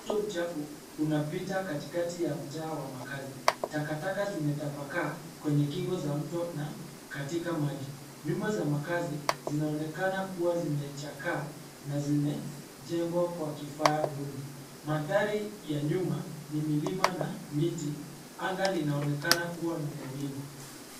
Mto mchafu unapita katikati ya mtaa wa makaazi. Takataka zimetapakaa kwenye kingo za mtu na katika maji. Nyumba za makaazi zinaonekana kuwa zimechakaa na zimejengwa kwa kifaa duni. Mandhari ya nyuma ni milima na miti, anga linaonekana kuwa na mawingu.